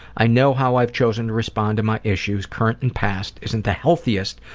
i know how i've chosen to respond to my issues, current and past, isn't the healthiest,